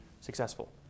successful